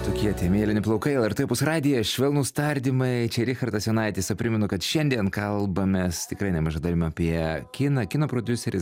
tokie tie mėlyni plaukai lrt opus radijas švelnūs tardymai čia richardas jonaitis o primenu kad šiandien kalbamės tikrai nemaža dalim apie kiną kino prodiuseris